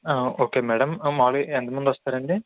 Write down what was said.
okay madam మాములుగా ఎంతమంది వస్తారు అండి